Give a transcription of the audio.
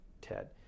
Ted